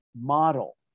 model